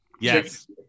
Yes